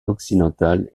occidentale